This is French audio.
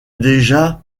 déjà